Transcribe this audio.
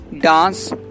dance